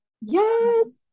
Yes